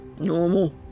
Normal